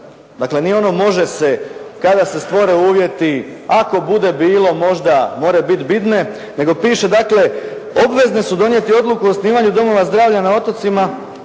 dakle nije ono može se kada se stvore uvjeti, ako bude bilo možda, more bit bidne, nego piše dakle “obvezne su donijeti odluku o osnivanju domova zdravlja na otocima